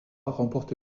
remporte